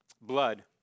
Blood